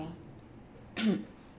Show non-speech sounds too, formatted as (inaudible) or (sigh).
(coughs)